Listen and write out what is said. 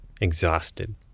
exhausted